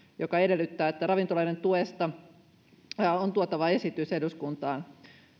joka edellyttää että ravintoloiden tuesta on tuotava esitys eduskuntaan